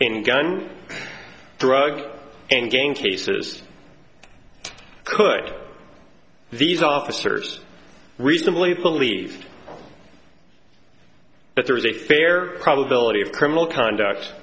in gun drug and gang cases could these officers reasonably believed that there is a fair probability of criminal conduct